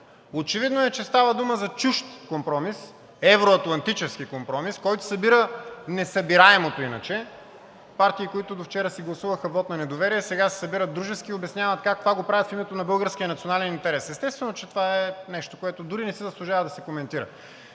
Очевидно е, че става дума за чужд компромис, евро-атлантически компромис, който събира несъбираемото иначе – партии, които довчера си гласуваха вот на недоверие, сега се събират дружески и обясняват как това го правят в името на българския национален интерес. Естествено е, че това е нещо, което дори не си заслужава да се коментира.